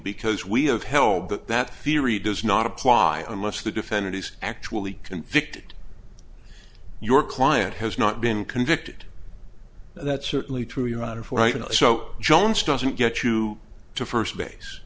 because we have held that that theory does not apply unless the defendant is actually convicted your client has not been convicted that's certainly true your honor for writing so jones doesn't get you to first base